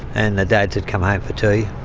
and the dads would come home for tea.